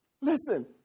Listen